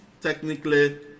technically